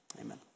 Amen